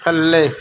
ਥੱਲੇ